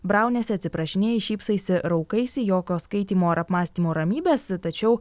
brauniesi atsiprašinėji šypsaisi raukaisi jokio skaitymo ar apmąstymo ramybės tačiau